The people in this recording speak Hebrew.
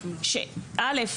ש-א',